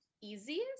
easiest